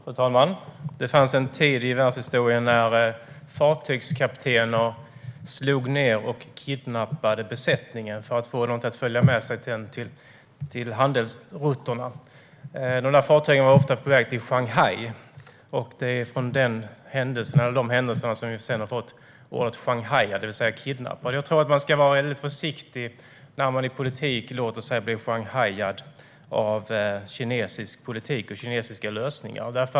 Fru talman! Det fanns en tid i världshistorien då fartygskaptener slog ned och kidnappade människor för att få med sig dem som besättning på handelsrutterna. Fartygen var ofta på väg till Shanghai, och det är på grund av de händelserna vi har fått uttrycket "sjanghajad", det vill säga kidnappad. Jag tror att man ska vara lite försiktig när man i politik låter sig bli sjanghajad av kinesisk politik och kinesiska lösningar.